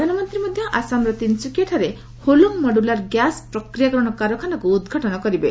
ପ୍ରଧାନମନ୍ତ୍ରୀ ମଧ୍ୟ ଆସାମର ତିନ୍ଶୁକିଆଠାରେ ହୋଲଙ୍ଗ ମଡୁଲାର ଗ୍ୟାସ୍ ପ୍ରକ୍ରିୟାକରଣ କାରଖାନାକୁ ଉଦ୍ଘାଟନ କରିବେ